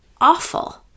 awful